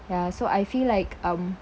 ya so I feel like um